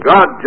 God